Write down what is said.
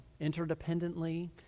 interdependently